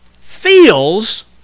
feels